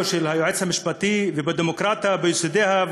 של היועץ המשפטי ובדמוקרטיה וביסודותיה,